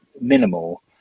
minimal